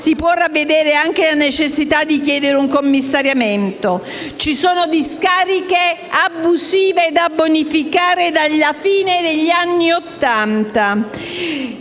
si può ravvedere la necessità di chiedere un commissariamento. Ci sono discariche abusive da bonificare dalla fine degli anni Ottanta.